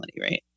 right